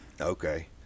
okay